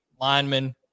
linemen